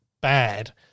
bad